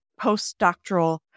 postdoctoral